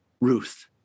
Ruth